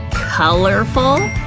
colorful?